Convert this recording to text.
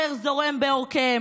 ל-80,